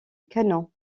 canons